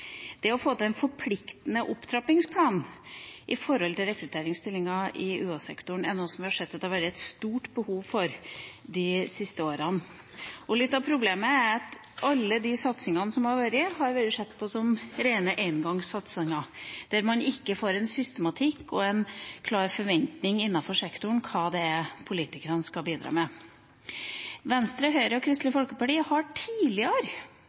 Det å få til en forpliktende opptrappingsplan med hensyn til rekrutteringsstillinger i UH-sektoren er noe vi har sett at det har vært et stort behov for de siste årene. Litt av problemet er at alle de satsingene som har vært, har vært sett på som rene engangssatsinger, der man ikke får en systematikk og en klar forventning innenfor sektoren når det gjelder hva politikerne skal bidra med. Venstre, Høyre og Kristelig Folkeparti har tidligere